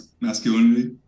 masculinity